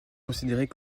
considérée